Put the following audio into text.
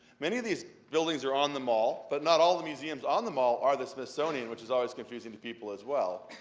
many of these buildings are on the mall, but not all the museums on the mall are the smithsonian, which is always confusing to people as well.